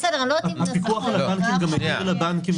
הפיקוח על הבנקים גם הבהיר לבנקים,